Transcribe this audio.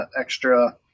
extra